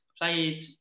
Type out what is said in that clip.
Played